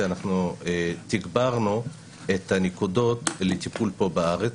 אנחנו תגברנו את הנקודות לטיפול פה בארץ,